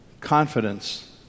Confidence